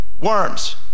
worms